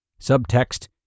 subtext